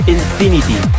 Infinity